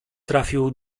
trafił